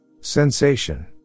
Sensation